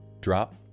drop